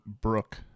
Brooke